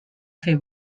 fer